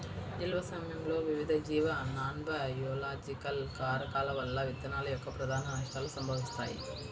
నిల్వ సమయంలో వివిధ జీవ నాన్బయోలాజికల్ కారకాల వల్ల విత్తనాల యొక్క ప్రధాన నష్టాలు సంభవిస్తాయి